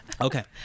Okay